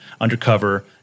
undercover